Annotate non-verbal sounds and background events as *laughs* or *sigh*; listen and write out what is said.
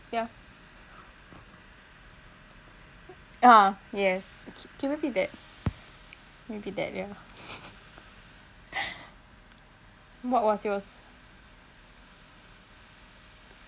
yeah (uh huh) yes can repeat that repeat that ya *laughs* what was yours